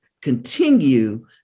continue